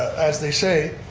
as they say,